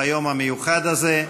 ביום המיוחד הזה.